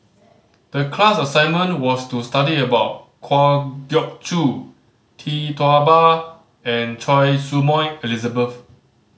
the class assignment was to study about Kwa Geok Choo Tee Tua Ba and Choy Su Moi Elizabeth